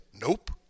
nope